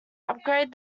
upgrade